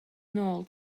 nôl